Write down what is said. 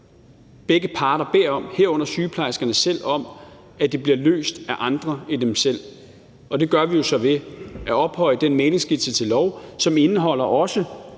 selv, beder om, at det bliver løst af andre end dem selv, og det gør vi jo så ved at ophøje den mæglingsskitse til lov, som også indeholder